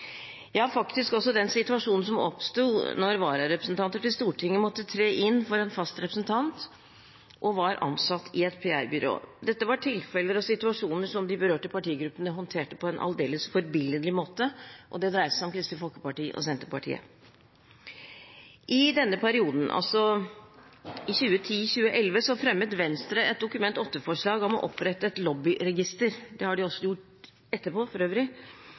ja, faktisk også den situasjonen som oppsto da vararepresentanter til Stortinget måtte tre inn for en fast representant og var ansatt i et PR-byrå. Dette var tilfeller og situasjoner som de berørte partigruppene håndterte på en aldeles forbilledlig måte, og det dreide seg om Kristelig Folkeparti og Senterpartiet. I denne perioden, altså 2010–2011, fremmet Venstre et Dokument nr. 8-forslag om å opprette et lobbyregister – det har de for øvrig